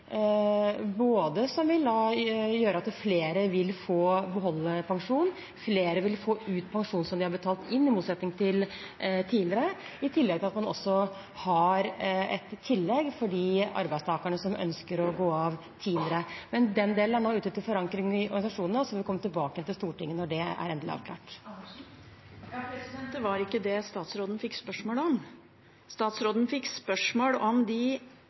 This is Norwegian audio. som både vil gjøre at flere vil få beholde pensjonen, at flere vil få ut pensjon som de har betalt inn, i motsetning til tidligere, i tillegg til at man også har et tillegg for de arbeidstakerne som ønsker å gå av tidligere. Men den delen er nå ute til forankring i organisasjonene, og så vil vi komme tilbake til Stortinget når det er endelig avklart. Karin Andersen – til oppfølgingsspørsmål. Det var ikke det statsråden fikk spørsmål om. Statsråden fikk spørsmål om